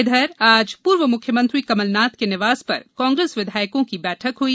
इधर आज पूर्व मुख्यमंत्री कमलनाथ के निवास पर कांग्रेस विधायकों की बैठक हुई